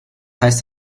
heißt